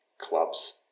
clubs